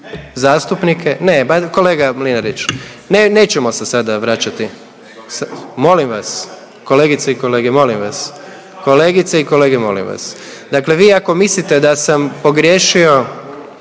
ne, pa, kolega Mlinarić, nećemo se sada vraćati. Molim vas, kolegice i kolege, molim vas. Kolegice i kolege, molim vas. Dakle vi ako mislite da sam pogriješio,